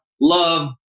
love